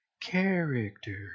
Character